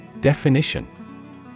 Definition